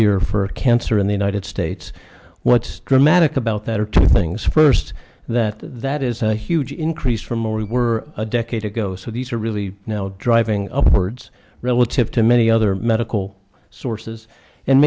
year for cancer in the united states what's dramatic about that are two things first that that is a huge increase from where we were a decade ago so these are really now driving upwards relative to many other medical sources and